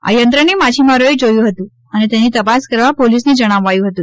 આ યંત્રને માછીમારોએ જોયું હતું અને તેની તપાસ કરવા પોલિસને જણાવાયું હતું